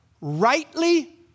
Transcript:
rightly